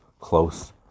close